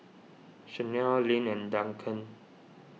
Shanelle Lynn and Duncan